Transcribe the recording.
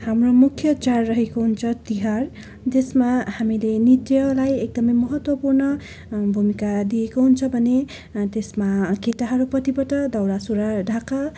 हाम्रो मुख्य चाड रहेको हुन्छ तिहार त्यसमा हामीले नृत्यलाई एकदमै महत्त्वपूर्ण भूमिका दिएको हुन्छौँ भने त्यसमा केटाहरूपट्टिबाट दौरा सुरुवाल ढाका